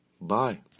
bye